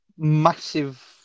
Massive